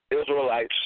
Israelites